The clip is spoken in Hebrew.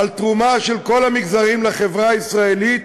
על תרומה של כל המגזרים לחברה הישראלית,